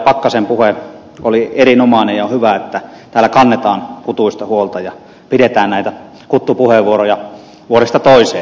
pakkasen puhe oli erinomainen ja on hyvä että täällä kannetaan kutuista huolta ja pidetään näitä kuttupuheenvuoroja vuodesta toiseen